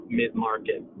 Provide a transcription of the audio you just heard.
mid-market